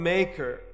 Maker